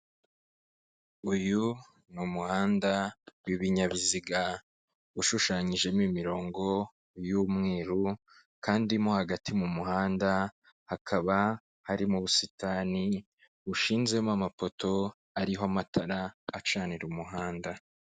Uyu ni umuhanda w'ibinyabiziga ushushanyijemo imirongo y'umweru kandi mo hagati mu muhanda hakaba harimo busitani bushinzemo amapoto ariho amatara acanira umuhanda.